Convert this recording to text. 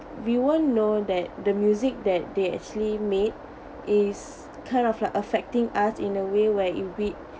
we won't know that the music that they actually made is kind of like affecting us in a way where it rid